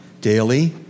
daily